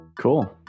Cool